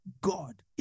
God